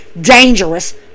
dangerous